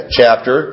chapter